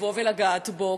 לבוא ולגעת בו.